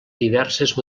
diverses